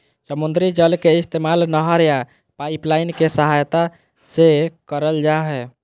समुद्री जल के इस्तेमाल नहर या पाइपलाइन के सहायता से करल जा हय